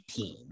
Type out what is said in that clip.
18